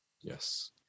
Yes